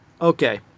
Okay